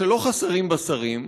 שלא חסרים בה שרים,